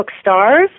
stars